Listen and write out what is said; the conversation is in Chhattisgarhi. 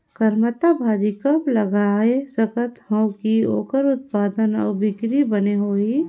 करमत्ता भाजी कब लगाय सकत हो कि ओकर उत्पादन अउ बिक्री बने होही?